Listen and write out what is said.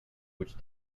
which